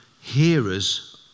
hearers